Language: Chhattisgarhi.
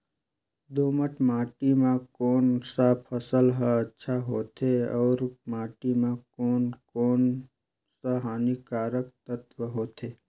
दोमट माटी मां कोन सा फसल ह अच्छा होथे अउर माटी म कोन कोन स हानिकारक तत्व होथे?